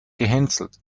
gehänselt